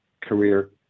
career